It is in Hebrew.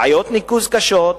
בעיות ניקוז קשות.